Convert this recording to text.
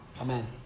Amen